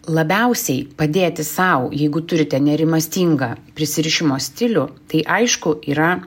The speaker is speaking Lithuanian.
labiausiai padėti sau jeigu turite nerimastingą prisirišimo stilių tai aišku yra